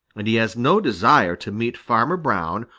and he has no desire to meet farmer brown,